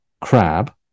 crab